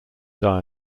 die